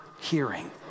hearing